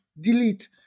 delete